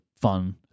fun